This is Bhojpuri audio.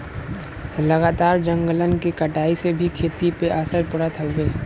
लगातार जंगलन के कटाई से भी खेती पे असर पड़त हउवे